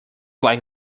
like